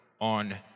on